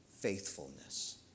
faithfulness